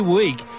week